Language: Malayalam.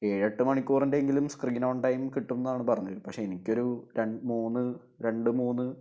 എഴ് എട്ട് മണിക്കൂറിൻ്റെ എങ്കിലും സ്ക്രീൻ ഓൺ ടൈം കിട്ടും എന്നാണ് പറഞ്ഞത് പക്ഷെ എനിക്ക് ഒരു രണ്ട് മൂന്ന് രണ്ട് മൂന്ന്